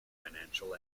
financial